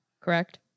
correct